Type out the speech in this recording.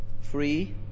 free